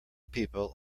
people